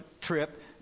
trip